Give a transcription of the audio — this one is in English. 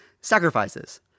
sacrifices